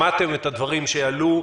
שמעתם את הדברים שעלו,